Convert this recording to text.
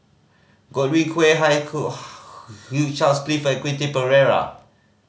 Godwin Koay Hugh Charles Clifford and Quentin Pereira